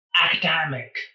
academic